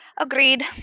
agreed